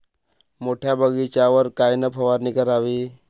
मोठ्या बगीचावर कायन फवारनी करावी?